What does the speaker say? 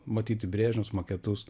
matyti brėžinius maketus